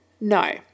no